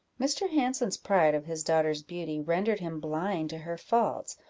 mr. hanson's pride of his daughter's beauty rendered him blind to her faults,